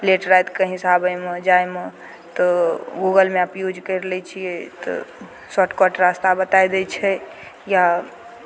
late राति कहीँसँ आबयमे जायमे तऽ गूगल मैप यूज करि लै छियै तऽ शॉर्ट कट रास्ता बताए दै छै या